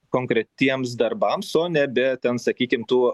konkretiems darbams o nebe ten sakykim tų